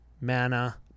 mana